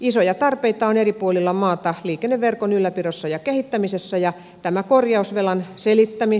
isoja tarpeita on eri puolilla maata liikenneverkon ylläpidossa ja kehittämisessä ja tämän korjausvelan selittämi